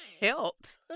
helped